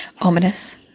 Ominous